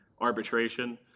arbitration